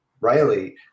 Riley